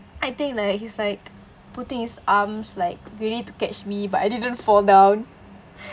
I think like he's like putting his arms like ready to catch me but I didn't fall down